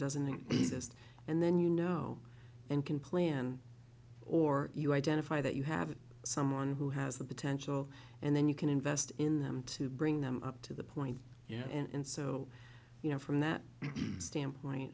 doesn't it just and then you know and can plan or you identify that you have someone who has the potential and then you can invest in them to bring them up to the point you know and so you know from that standpoint